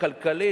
כלכלית,